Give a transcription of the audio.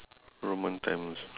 roman time also